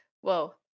Whoa